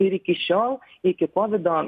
ir iki šiol iki kovido